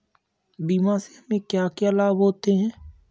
बीमा से हमे क्या क्या लाभ होते हैं?